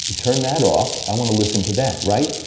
turn that off, i want to listen to that, right?